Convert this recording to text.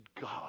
God